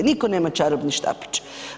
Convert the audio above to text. Nitko nema čarobni štapić.